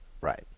Right